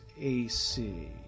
AC